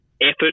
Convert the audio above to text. Effort